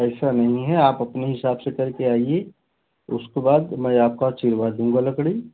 ऐसा नहीं है आप अपने हिसाब से कर के आइए उसके बाद मैं आपका चिरवा दूँगा लकड़ी